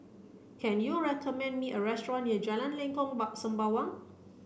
can you recommend me a restaurant near Jalan Lengkok Sembawang